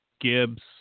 Gibbs